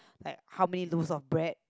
like how many loafs of bread